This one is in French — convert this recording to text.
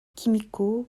kimiko